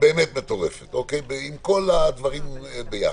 באמת מטורפת, עם כל הדברים ביחד.